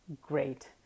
great